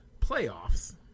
playoffs